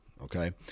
Okay